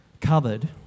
covered